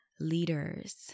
leaders